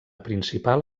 principal